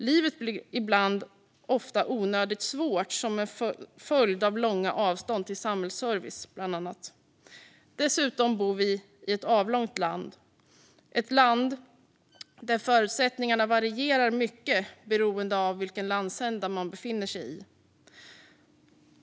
Livet blir ibland onödigt svårt, bland annat som en följd av långa avstånd till samhällsservice. Dessutom bor vi i ett avlångt land, ett land där förutsättningarna varierar mycket beroende på vilken landsända man befinner sig i.